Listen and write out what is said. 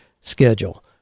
schedule